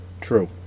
True